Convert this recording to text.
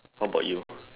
how about you